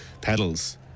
pedals